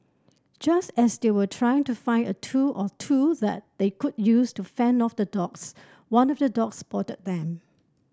just as they were trying to find a tool or two that they could use to fend off the dogs one of the dogs spotted them